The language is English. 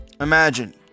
Imagine